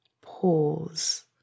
pause